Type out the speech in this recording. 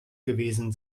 gewesen